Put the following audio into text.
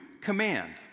command